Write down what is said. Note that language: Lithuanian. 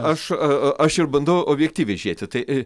aš a aš ir bandau objektyviai žiūrėti tai